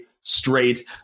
straight